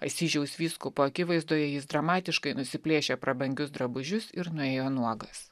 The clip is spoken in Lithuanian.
asyžiaus vyskupo akivaizdoje jis dramatiškai nusiplėšė prabangius drabužius ir nuėjo nuogas